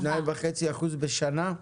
2.5% בשנה?